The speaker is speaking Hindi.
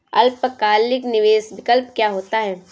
अल्पकालिक निवेश विकल्प क्या होता है?